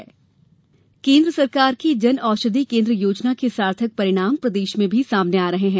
ground report जन औषधि केन्द्र केन्द्र सरकार की जन औषधि केन्द्र योजना के सार्थक परिणाम प्रदेश में सामने आ रहे है